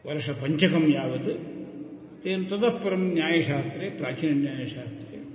वर्षपञ्चकं यावत् तेन ततः परं न्यायशास्त्रे प्राचीनन्यायशास्त्रे